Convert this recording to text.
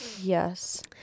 Yes